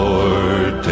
Lord